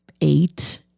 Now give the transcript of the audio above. eight